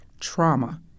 trauma